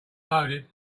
loaded